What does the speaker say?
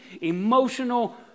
emotional